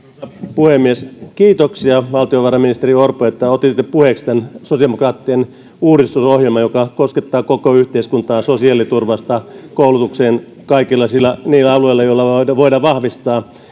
puhemies kiitoksia valtiovarainministeri orpo että otitte puheeksi tämän sosiaalidemokraattien uudistusohjelman joka koskettaa koko yhteiskuntaa sosiaaliturvasta koulutukseen kaikilla niillä alueilla joilla voidaan vahvistaa